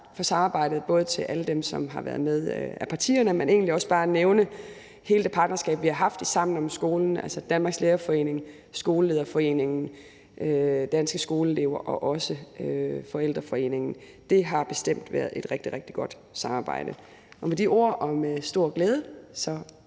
for samarbejdet til alle dem, som har været med fra partierne, men egentlig også nævne hele det partnerskab, vi har haft i Sammen om skolen, altså med Danmarks Lærerforening, Skolelederforeningen, Danske Skoleelever og Forældrenes Landsorganisation. Det har bestemt været et rigtig, rigtig godt samarbejde. Og med de ord og med stor glæde kan